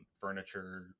furniture